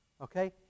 Okay